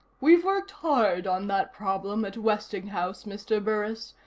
we've worked hard on that problem at westinghouse, mr. burris,